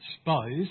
spies